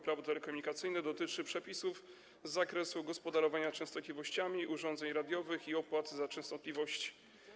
Prawo telekomunikacyjne dotyczy przepisów z zakresu gospodarowania częstotliwościami, urządzeń radiowych i opłat za częstotliwości.